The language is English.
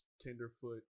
Tenderfoot